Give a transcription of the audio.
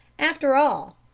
after all,